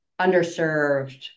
underserved